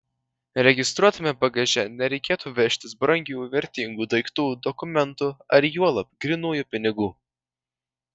registruotame bagaže nereikėtų vežtis brangių vertingų daiktų dokumentų ar juolab grynųjų pinigų